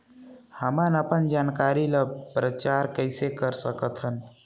हमन अपन जानकारी ल प्रचार कइसे कर सकथन?